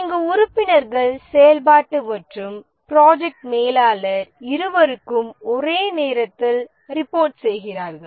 இங்கு உறுப்பினர்கள் செயல்பாட்டு மற்றும் ப்ராஜெக்ட் மேலாளர் இருவருக்கும் ஒரே நேரத்தில் ரிபோர்ட் செய்கிறார்கள்